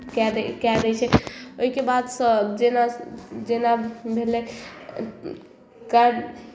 कए दै कए दै छै ओहिके बादसँ जेना जेना भेलै